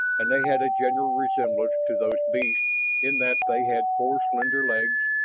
and they had a general resemblance to those beasts in that they had four slender legs,